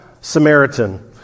Samaritan